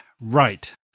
right